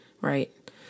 right